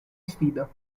sfida